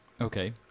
Okay